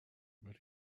but